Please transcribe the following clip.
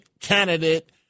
candidate